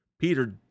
Peter